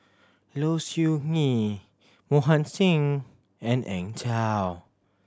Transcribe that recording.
Low Siew Nghee Mohan Singh and Eng Tow